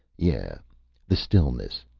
yeah the stillness,